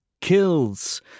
Kills